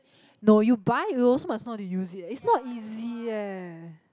no you buy you also must know how to use it eh is not easy eh